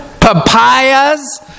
papayas